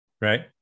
right